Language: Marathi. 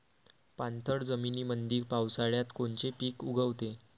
पाणथळ जमीनीमंदी पावसाळ्यात कोनचे पिक उगवते?